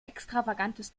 extravagantes